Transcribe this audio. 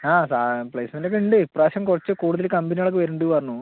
ആ പ്ലേസ്മെന്റ് ഒക്കെയുണ്ട് ഇപ്പ്രാവശ്യം കുറച്ചു കൂടുതൽ കമ്പനികളൊക്കെ വരുന്നുണ്ടെന്നു പറഞ്ഞു